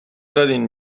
دارین